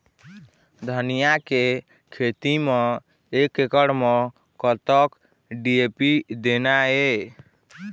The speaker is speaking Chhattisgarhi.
धनिया के खेती म एक एकड़ म कतक डी.ए.पी देना ये?